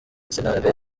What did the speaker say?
sentare